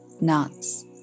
nuts